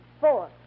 four